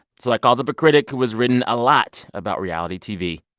so i called up a critic who has written a lot about reality tv